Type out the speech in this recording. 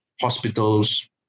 hospitals